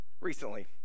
recently